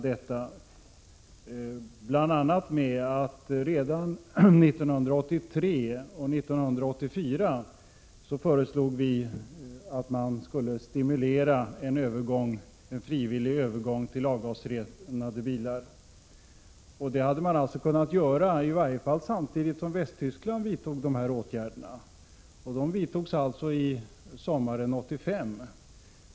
Redan 1983 och 1984 föreslog vi att man skulle stimulera en frivillig övergång till avgasrenade bilar. Detta hade varit möjligt att göra, i varje fall samtidigt som Västtyskland vidtog sådana åtgärder sommaren 1985.